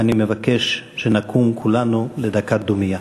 אני מבקש שנקום כולנו לדקת דומייה.